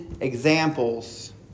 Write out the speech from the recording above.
examples